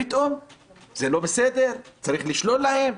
פתאום זה לא בסדר, צריך לשלול להם.